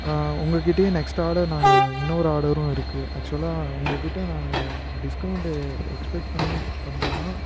உங்கள் கிட்டேயே next order நாங்கள் இன்னொரு ஆர்டரும் இருக்குது ஆக்ச்சுவலாக உங்கள் கிட்டே நாங்கள் டிஸ்க்கவுண்ட் எக்ஸ்பெக்ட் பண்ணி பண்றோம்னா